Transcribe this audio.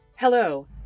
Hello